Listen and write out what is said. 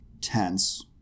tense